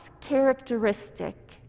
characteristic